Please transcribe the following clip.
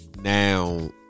now